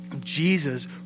Jesus